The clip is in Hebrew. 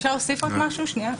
אפשר להוסיף עוד משהו, שנייה?